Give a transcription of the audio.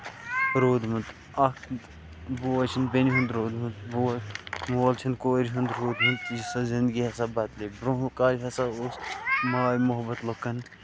روٗدمُت اکھ بوے چھُنہٕ بیٚنہِ ہُند روٗدمُت مول چھُنہٕ کورِ ہُند روٗدمُت سۄ زِندگی ہسا بَدلے برونہہ کالہِ ہسا اوس ماے محبت لُکَن